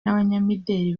n’abanyamideli